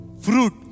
Fruit